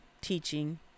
teaching